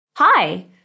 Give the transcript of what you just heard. Hi